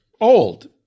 old